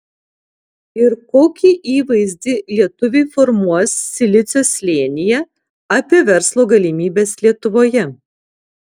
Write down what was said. ir kokį įvaizdį lietuviai formuos silicio slėnyje apie verslo galimybes lietuvoje